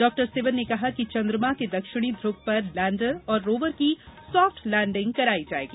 doctor Sivan ने कहा कि चंद्रमा के दक्षिणी ध्र्व पर लैंडर और रोवर की सॉफ्ट लैंडिंग कराई जायेगी